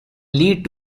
lead